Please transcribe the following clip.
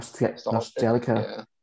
nostalgia